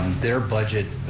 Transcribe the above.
their budget,